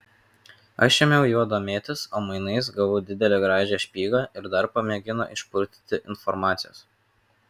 aš ėmiau juo domėtis o mainais gavau didelę gražią špygą ir dar pamėgino išpurtyti informacijos